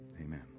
amen